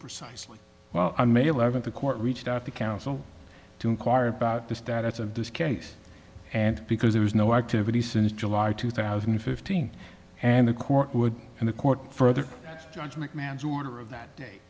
precisely well i may eleventh the court reached out to counsel to inquire about the stats of this case and because there was no activity since july two thousand and fifteen and the court would and the court further judge mcmahon's order of that